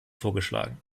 vorgeschlagen